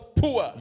poor